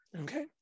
Okay